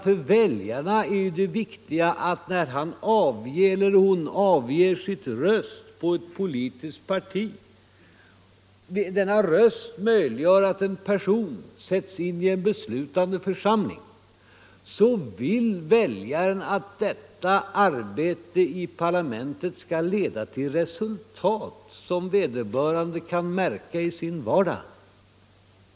För väljaren är ju det viktiga, när han eller hon avger sin röst på ett politiskt parti och denna röst möjliggör att en person sätts in i en beslutande församling, att arbetet i parlamentet skall leda till sådana resultat som vederbörande väljare kan märka i sin vardag.